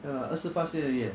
ya lah 二十巴先而已 eh